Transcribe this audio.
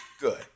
good